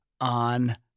on